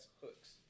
hooks